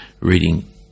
reading